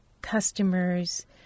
customers